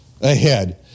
ahead